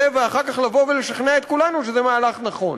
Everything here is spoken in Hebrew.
ואחר כך לבוא ולשכנע את כולנו שזה מהלך נכון.